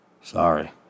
Sorry